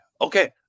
okay